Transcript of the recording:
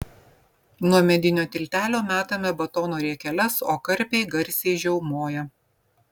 nuo medinio tiltelio metame batono riekeles o karpiai garsiai žiaumoja